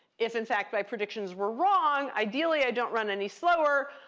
if, in fact, my predictions were wrong, ideally, i don't run any slower,